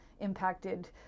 impacted